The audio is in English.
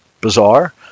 bizarre